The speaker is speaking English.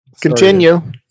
Continue